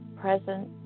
present